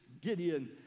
Gideon